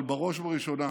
אבל בראש וראשונה